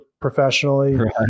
professionally